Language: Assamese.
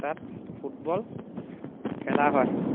তাত ফুটবল খেলা হয়